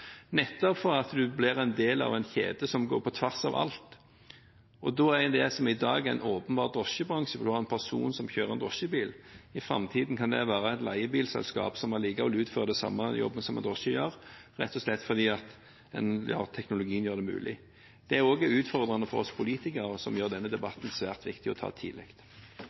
nettopp for å bli en del av en kjede som går på tvers av alt. Det som i dag er en åpenbar drosjebransje, hvor en har en person som kjører drosjebil, kan i framtiden være et leiebilselskap som allikevel utfører den samme jobben som en drosje gjør, rett og slett fordi teknologien gjør det mulig. Det også er utfordrende for oss politikere og gjør det svært viktig å ta